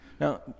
Now